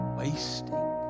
wasting